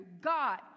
God